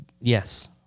Yes